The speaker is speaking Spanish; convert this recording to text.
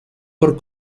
por